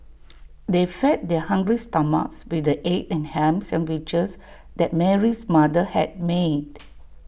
they fed their hungry stomachs with the egg and Ham Sandwiches that Mary's mother had made